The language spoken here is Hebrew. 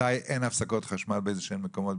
מתי אין הפסקות חשמל באיזה שהם מקומות,